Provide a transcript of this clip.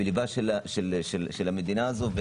בליבה של המדינה הזאת.